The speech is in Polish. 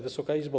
Wysoka Izbo!